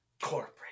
corporate